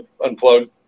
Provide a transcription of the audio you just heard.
unplugged